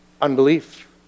unbelief